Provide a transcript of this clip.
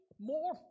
more